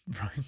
Right